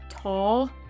tall